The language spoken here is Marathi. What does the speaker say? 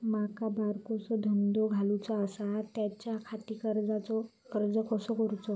माका बारकोसो धंदो घालुचो आसा त्याच्याखाती कर्जाचो अर्ज कसो करूचो?